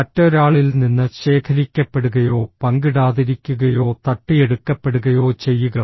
മറ്റൊരാളിൽ നിന്ന് ശേഖരിക്കപ്പെടുകയോ പങ്കിടാതിരിക്കുകയോ തട്ടിയെടുക്കപ്പെടുകയോ ചെയ്യുക